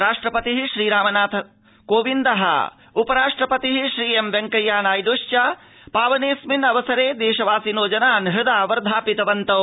राष्ट्रपतिः श्रीरामनाथकोविन्दः उपराष्ट्रपतिः श्री एम् वेंकैयानायड्श पावनेस्मिन् अवसरे देशवासिनो जनान् हृदा वर्धापितवन्तौ